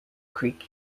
creek